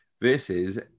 versus